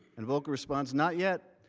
and volker response not yet.